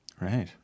Right